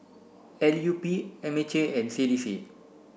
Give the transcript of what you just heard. l U P M H A and C D C